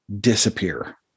disappear